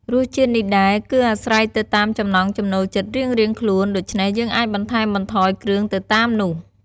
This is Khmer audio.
រសជាតិនេះដែរគឺអាស្រ័យទៅតាមចំណង់ចំណូលចិត្តរៀងៗខ្លួន ដូច្នេះ យើងអាចបន្ថែមបន្ថយគ្រឿងទៅតាមនោះ។